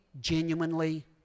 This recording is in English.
genuinely